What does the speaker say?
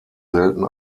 selten